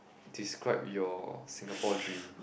describe your Singapore dream